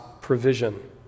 provision